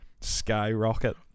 skyrocket